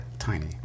Tiny